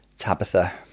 Tabitha